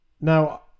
Now